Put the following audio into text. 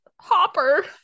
Hopper